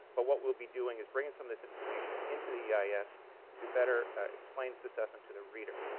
but what we'll be doing is bringing some of this information into the eis to better explain this assessment to the reader.